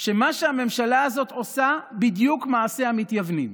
כשמה שהממשלה הזאת עושה זה בדיוק מעשה המתייוונים,